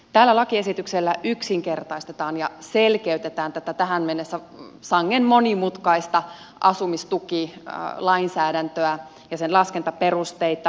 tällä lakiesityksellä yksinkertaistetaan ja selkeytetään tätä tähän mennessä sangen monimutkaista asumistukilainsäädäntöä ja sen laskentaperusteita